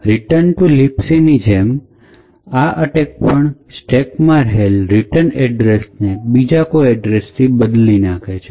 Return to Libc ની જેમ જ આ એટેક પણ સ્ટેક માં રહેલા રીટન એડ્રેસને બીજા કોઈ એડ્રેસથી બદલી કરવામાં આવે છે